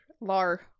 Lar